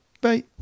Bye